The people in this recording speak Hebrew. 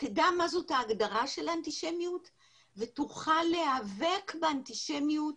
תדע מה זאת ההגדרה של אנטישמיות ותוכל להיאבק באנטישמיות